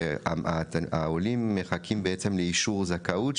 העולים מחכים בעצם לאישור זכאות,